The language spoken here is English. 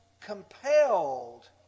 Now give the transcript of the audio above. compelled